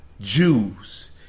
Jews